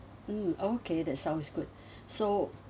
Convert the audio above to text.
mm okay that sounds good so